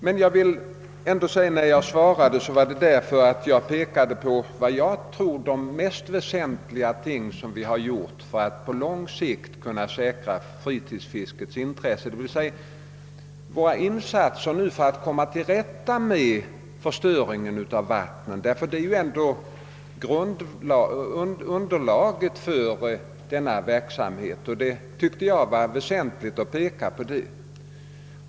Men när jag svarade pekade jag på de väsentliga åtgärder som vi vidtagit för att på lång sikt kunna tillvarata fritidsfiskets intressen, d.v.s. våra insatser för att komma till rätta med förstöringen av vattnen. Det är ju ändå underlaget för denna verksamhet, och det tyckte jag var väsentligt att peka på.